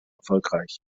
erfolgreich